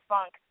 Funk